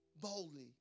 Boldly